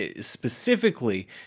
specifically